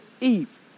Eve